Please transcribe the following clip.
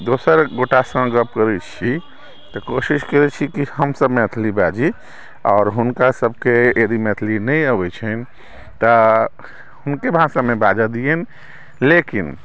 दोसर गोटासँ गप्प करै छी तऽ कोशिश करै छी जे हम सभ मैथिली बाजि आओर हुनका सभके यदि मैथिली नहि अबै छनि तऽ हुनके भाषामे बाजै दियनि लेकिन